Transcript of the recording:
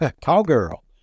cowgirl